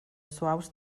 suaus